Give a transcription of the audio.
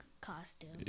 costume